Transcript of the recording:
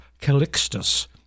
Calixtus